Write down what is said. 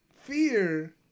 fear